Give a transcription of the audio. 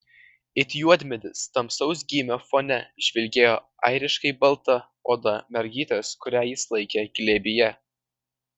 it juodmedis tamsaus gymio fone žvilgėjo airiškai balta oda mergytės kurią jis laikė glėbyje